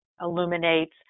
illuminates